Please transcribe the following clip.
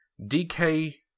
DK